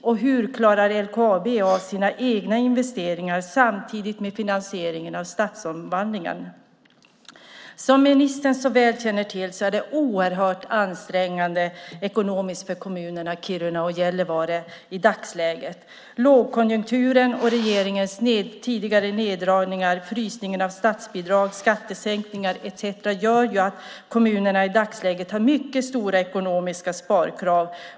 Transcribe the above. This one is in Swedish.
Och hur klarar LKAB av sina egna investeringar samtidigt med finansieringen av stadsomvandlingen? Som ministern mycket väl känner till är det i dagsläget ekonomiskt oerhört ansträngande för kommunerna Kiruna och Gällivare. Lågkonjunkturen, regeringens tidigare neddragningar, frysning av statsbidrag, skattesänkningar etcetera gör att kommunerna har mycket stora ekonomiska sparkrav.